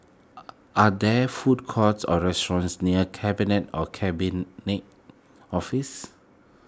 are there food courts or restaurants near Cabinet and Cabinet Office